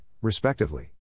respectively